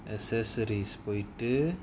accessories waiter